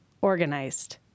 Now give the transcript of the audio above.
organized